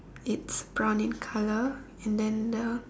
it's brown in colour and then the